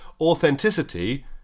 authenticity